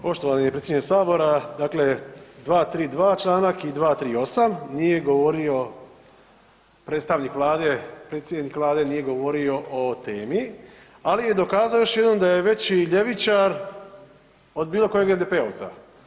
Poštovani predsjedniče sabora, dakle 232 čl. i 238., nije govorio predstavnik vlade, predsjednik vlade nije govorio o temi, ali je dokazao još jednom da je veći ljevičar od bilo kojeg SDP-ovca.